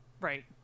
right